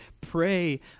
Pray